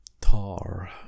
tar